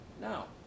now